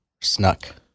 Snuck